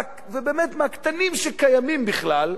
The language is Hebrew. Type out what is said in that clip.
ובאמת, מהקטנים שקיימים בכלל,